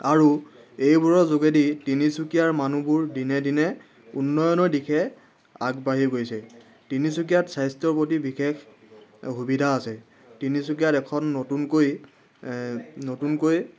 আৰু এইবোৰৰ যোগেদি তিনিচুকীয়াৰ মানুহবোৰ দিনে দিনে উন্নয়নৰ দিশে আগবাঢ়ি গৈছে তিনিচুকীয়াত স্বাস্থ্যৰ প্ৰতি বিশেষ সুবিধা আছে তিনিচুকীয়াত এখন নতুনকৈ নতুনকৈ